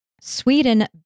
Sweden